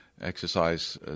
Exercise